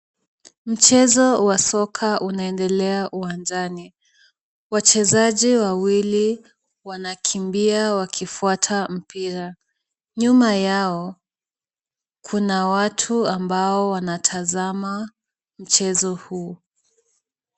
Mchezo wa soka unaendelea uwanjani, wachezaji wawili wanakimbia wakifuata mpira. Nyuma yao, kuna watu ambao wanatazama mchezo huu.